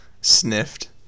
Sniffed